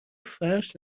فرش